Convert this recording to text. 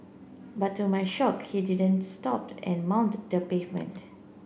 but to my shock he didn't stopped and mount the pavement